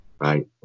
Right